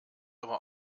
aber